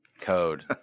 Code